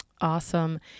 Awesome